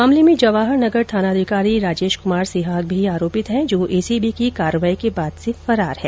मामले में जवाहर नगर थानाधिकारी राजेश कुमार सिहाग भी आरोपित है जो एसीबी की कार्रवाई के बाद से फरार है